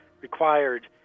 required